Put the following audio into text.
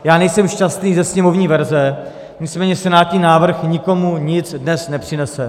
Já nejsem šťastný ze sněmovní verze, nicméně senátní návrh nikomu nic dnes nepřinese.